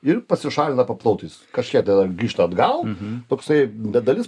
ir pasišalina paplautais kažkiek grįžta atgal toksai bet dalis